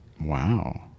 wow